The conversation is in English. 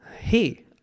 hey